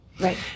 right